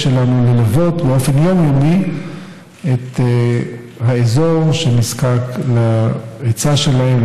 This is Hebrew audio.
שלנו ללוות באופן יומיומי את האזור שנזקק להיצע שלהם,